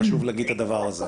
חשוב להגיד את זה.